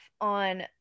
on